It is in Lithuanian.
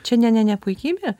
čia ne nepuikybė